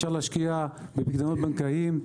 אפשר להשקיע בפיקדונות בנקאיים,